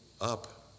up